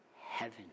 heaven